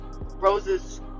rose's